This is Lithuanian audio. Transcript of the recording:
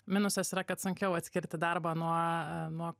minusas yra kad sunkiau atskirti darbą nuo nuo